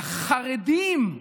לחרדים,